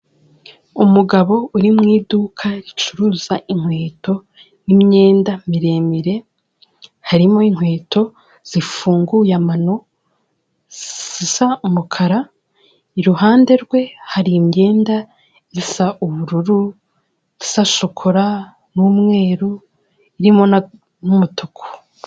Umugabo uri mu iduka ricuruza inkweto n'imyenda miremire, harimo inkweto zifunguye amano zisa umukara, iruhande rwe hari imyenda isa ubururu, isa shokora, n'umweru irimo n'umutuku.